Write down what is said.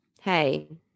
hey